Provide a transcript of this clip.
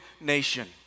nation